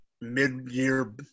mid-year